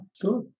good